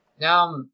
Now